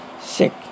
sick